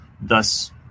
thus